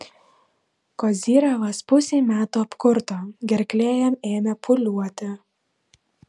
kozyrevas pusei metų apkurto gerklė jam ėmė pūliuoti